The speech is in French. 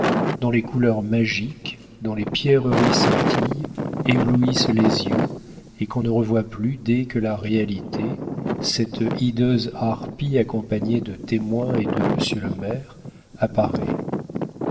dont les couleurs magiques dont les pierreries scintillent éblouissent les yeux et qu'on ne revoit plus dès que la réalité cette hideuse harpie accompagnée de témoins et de monsieur le maire